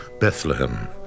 Bethlehem